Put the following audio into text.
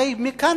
הרי מכאן,